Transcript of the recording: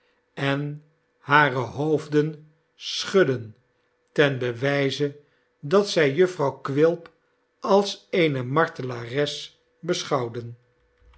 en hare hoofden schudden ten bewijze dat zij jufvrouw quil als eene martelares beschouwden